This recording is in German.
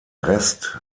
rest